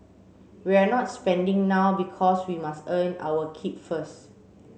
we're not spending now because we must earn our keep first